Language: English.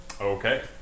Okay